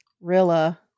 Rilla